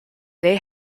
they